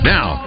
Now